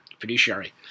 fiduciary